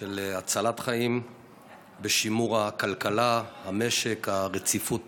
של הצלת חיים ושימור הכלכלה, המשק, הרציפות